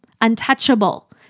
untouchable